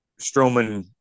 Strowman